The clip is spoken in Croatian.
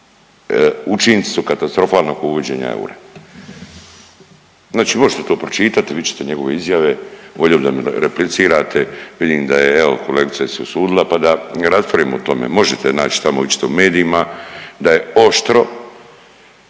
učinci su katastrofalnog uvođenja eura. Znači možete to pročitati, vidjet ćete njegove izjave, voljeli bi da replicirate, vidim da je, evo, kolegica se usudila, pa da raspravimo o tome, možete naći tamo, vidjet ćete u medijima da je oštro